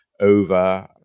over